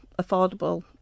affordable